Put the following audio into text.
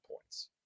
points